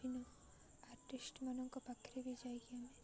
ବିଭିନ୍ନ ଆର୍ଟିଷ୍ଟ ମାନଙ୍କ ପାଖରେ ବି ଯାଇକି ଆମେ